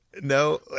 No